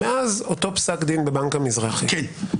מאז אותו פסק דין בבנק המזרחי -- כן.